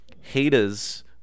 haters